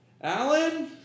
Alan